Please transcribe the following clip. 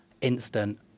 instant